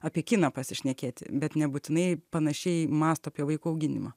apie kiną pasišnekėti bet nebūtinai panašiai mąsto apie vaikų auginimą